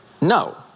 no